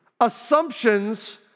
Assumptions